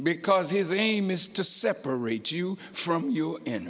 because his aim is to separate you from you in